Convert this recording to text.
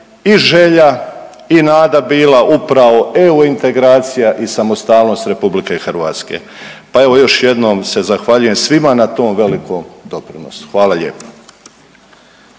i želja i nada bila upravo EU integracija i samostalnost RH, pa evo još jednom se zahvaljujem svima na tom velikom doprinosu, hvala lijepo.